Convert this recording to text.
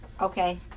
Okay